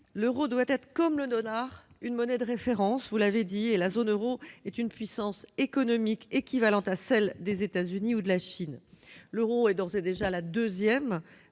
l'euro doit être, comme le dollar, une monnaie de référence, vous l'avez dit, et la zone euro est une puissance économique équivalente à celle des États-Unis ou de la Chine. L'euro est d'ores et déjà la deuxième